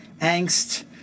angst